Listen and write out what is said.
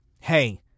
hey